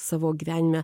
savo gyvenime